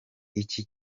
iki